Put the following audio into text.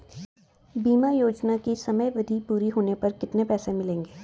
बीमा योजना की समयावधि पूर्ण होने पर कितना पैसा मिलेगा?